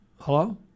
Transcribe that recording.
Hello